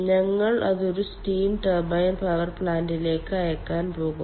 ഞങ്ങൾ അത് ഒരു സ്റ്റീം ടർബൈൻ പവർ പ്ലാന്റിലേക്ക് അയയ്ക്കാൻ പോകുന്നു